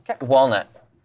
Walnut